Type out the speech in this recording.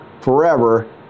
forever